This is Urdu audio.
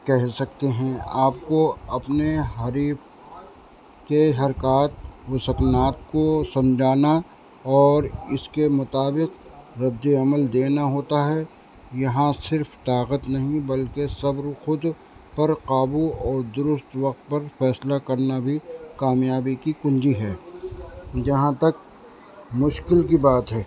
کہہ سکتے ہیں آپ کو اپنے حریف کے حرکات وسکنات کو سمجھانا اور اس کے مطابق ردِّ عمل دینا ہوتا ہے یہاں صرف طاقت نہیں بلکہ صبر و خود پر قابو اور درست وقت پر فیصلہ کرنا بھی کامیابی کی کنجی ہے جہاں تک مشکل کی بات ہے